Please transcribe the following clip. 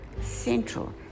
central